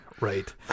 Right